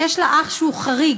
שיש לה אח שהוא חריג,